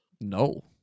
No